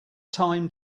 time